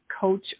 coach